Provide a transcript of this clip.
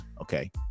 Okay